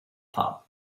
pub